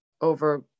over